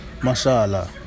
masha'allah